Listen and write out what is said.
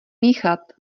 míchat